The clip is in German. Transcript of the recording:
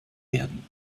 werden